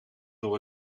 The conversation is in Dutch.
door